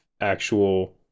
actual